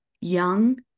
young